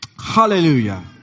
Hallelujah